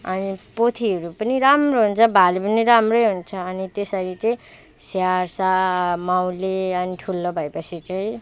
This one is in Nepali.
अनि पोथीहरू पनि राम्रो हुन्छ भाले पनि राम्रै हुन्छ अनि त्यसरी चाहिँ स्याहार्छ माउले अनि ठुलो भएपछि चाहिँ